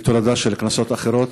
היא תולדה של כנסות אחרות,